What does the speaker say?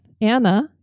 Anna